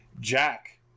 Jack